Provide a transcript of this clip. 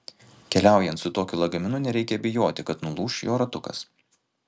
keliaujant su tokiu lagaminu nereikia bijoti kad nulūš jo ratukas